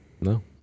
No